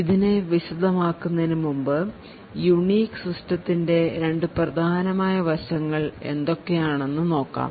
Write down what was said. ഇതിനെ വിശദമാക്കുന്നതിനു മുമ്പ് യൂണിക്സ് സിസ്റ്റം ന്റെ രണ്ടു പ്രധാനമായ വശങ്ങൾ എന്തൊക്കെയാണെന്ന് നോക്കാം